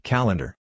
Calendar